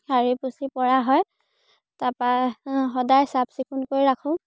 সাৰি পুচি পৰা হয় তাপা সদায় চাফ চিকুণকৈ ৰাখোঁ